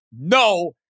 no